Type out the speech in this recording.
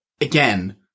again